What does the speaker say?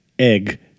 egg